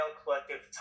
collective